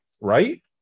right